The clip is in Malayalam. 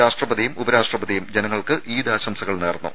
രാഷ്ട്രപതിയും ഉപരാഷ്ട്രപതിയും ജനങ്ങൾക്ക് ഈദ് ആശംസകൾ നേർന്നു